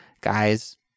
Guys